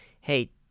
hey